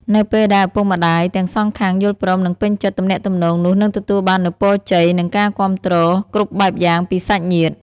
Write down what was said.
នៅពេលដែលឪពុកម្ដាយទាំងសងខាងយល់ព្រម និងពេញចិត្ត ទំនាក់ទំនងនោះនឹងទទួលបាននូវពរជ័យ និងការគាំទ្រគ្រប់បែបយ៉ាងពីសាច់ញាតិ។